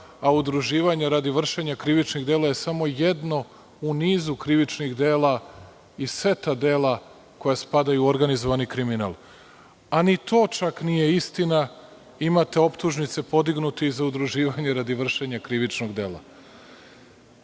a udruživanje radi vršenja krivičnih dela je samo jedno u nizu krivičnih dela i seta dela koja spadaju u organizovani kriminal, a ni to čak nije istina. Imate optužnice podignute i za udruživanje radi vršenja krivičnog dela. Da